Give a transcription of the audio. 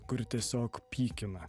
kur tiesiog pykina